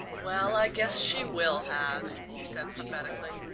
well i guess she will have, he said prophetically.